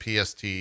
PST